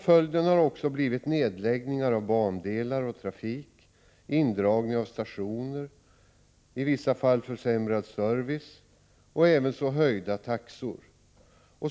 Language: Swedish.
Följden har blivit nedläggningar av bandelar och trafik, indragning av stationer, försämrad service i många fall och ävenså höjda taxor.